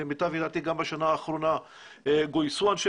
שלמיטב ידיעתי בשנה האחרונה גויסו אנשי